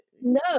No